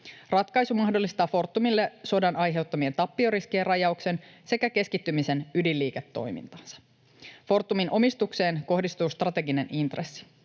Ratkaisu mahdollistaa Fortumille sodan aiheuttamien tappioriskien rajauksen sekä keskittymisen ydinliiketoimintaansa. Fortumin omistukseen kohdistuu strateginen intressi.